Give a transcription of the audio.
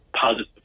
positive